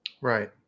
right